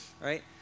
right